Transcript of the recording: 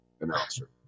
announcer